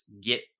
get